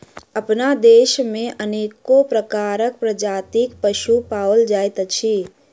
अपना देश मे अनेको प्रकारक प्रजातिक पशु पाओल जाइत अछि